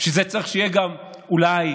בשביל זה צריך שיהיה גם, אולי,